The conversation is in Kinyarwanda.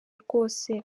rwose